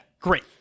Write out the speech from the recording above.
great